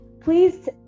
please